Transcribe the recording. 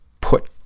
put